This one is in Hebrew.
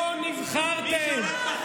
לא נבחרתם.